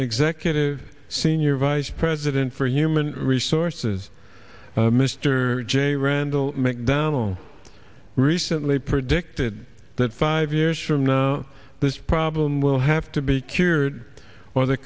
executive senior vice president for human resources mr j randall mcdonnell recently predicted that five years from now this problem will have to be cured or the